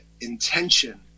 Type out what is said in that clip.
Intention